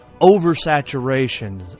oversaturation